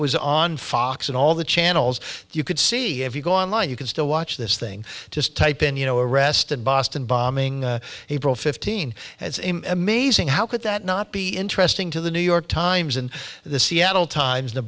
it was on fox and all the channels you could see if you go online you can still watch this thing just type in you know arrested boston bombing april fifteen it's amazing how could that not be interesting to the new york times and the seattle times